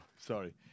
Sorry